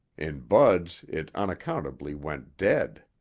in bud's it unaccountably went dead.